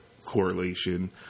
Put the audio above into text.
correlation